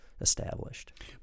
established